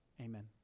Amen